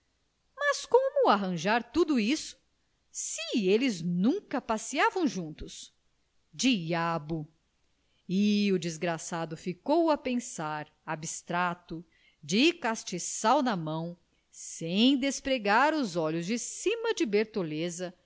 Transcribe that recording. mas como arranjar tudo isso se eles nunca passeavam juntos diabo e o desgraçado ficou a pensar abstrato de castiçal na mão sem despregar os olhos de cima de bertoleza